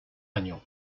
año